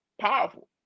powerful